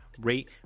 rate